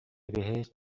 بهشت